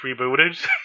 rebooted